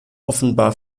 offenbar